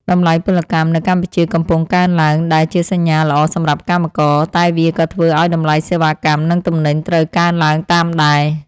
តម្លៃពលកម្មនៅកម្ពុជាកំពុងកើនឡើងដែលជាសញ្ញាល្អសម្រាប់កម្មករ តែវាក៏ធ្វើឱ្យតម្លៃសេវាកម្មនិងទំនិញត្រូវកើនឡើងតាមដែរ។